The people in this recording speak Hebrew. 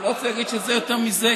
אני גם לא רוצה להגיד שזה יותר מזה,